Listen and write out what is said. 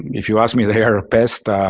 if you ask me, they are pests,